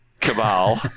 cabal